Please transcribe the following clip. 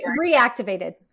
reactivated